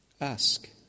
ask